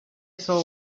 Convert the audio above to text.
saw